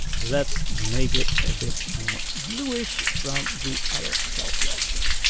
let's make it a bit more bluish from the other call to action.